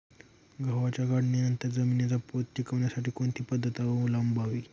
गव्हाच्या काढणीनंतर जमिनीचा पोत टिकवण्यासाठी कोणती पद्धत अवलंबवावी?